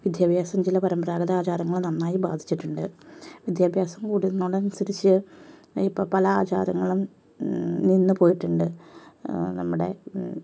വിദ്യഭ്യാസം ചില പരമ്പരാഗത ആചാരങ്ങളെ നന്നായി ബാധിച്ചിട്ടുണ്ട് വിദ്യാഭ്യാസം കൂടുന്നതുകൊണ്ട് അനുസരിച്ച് ഇപ്പം പല ആചാരങ്ങളും നിന്നുപോയിട്ടുണ്ട് നമ്മുടെ